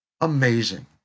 amazing